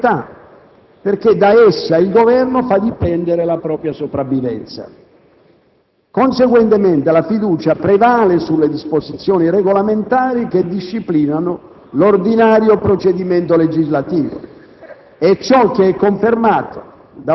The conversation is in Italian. ha carattere di assoluta priorità, perché da questa il Governo fa dipendere la propria sopravvivenza. Conseguentemente, la fiducia prevale sulle disposizioni regolamentari che disciplinano l'ordinario procedimento legislativo».